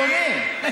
אדוני.